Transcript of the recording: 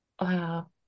wow